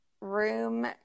room